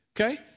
Okay